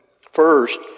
first